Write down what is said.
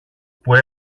που